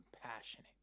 compassionate